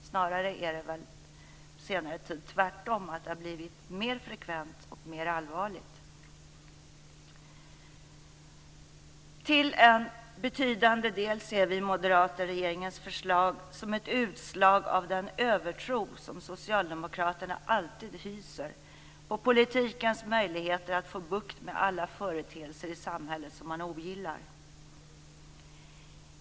Snarare har det väl på senare tid tvärtom blivit mer frekvent och mer allvarligt. Till en betydande del ser vi moderater regeringens förslag som ett utslag av den övertro som socialdemokraterna alltid hyser på politikens möjligheter att få bukt med alla företeelser i samhället som man ogillar.